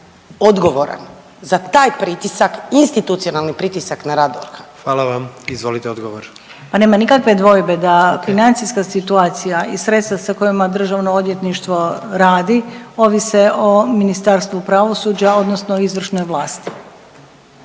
odgovoran, za taj pritisak, institucionalni pritisak na rad DORH-a? **Jandroković, Gordan (HDZ)** Hvala vam. Izvolite odgovor. **Hrvoj-Šipek, Zlata** Pa nema nikakve dvojbe da financijska situacija i sredstva sa kojima Državno odvjetništvo radi ovise o Ministarstvu pravosuđa, odnosno izvršnoj vlasti.